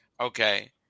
Okay